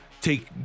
take